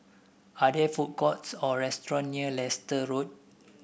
are there food courts or restaurants near Leicester Road